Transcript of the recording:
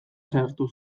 sartu